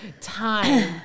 time